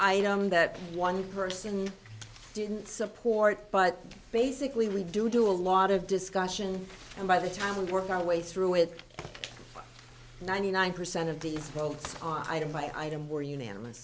item that one person didn't support but basically we do do a lot of discussion and by the time we work our way through it ninety nine percent of these votes on item by item were unanimous